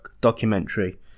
documentary